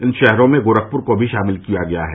इन शहरों में गोरखपुर को भी शामिल किया गया है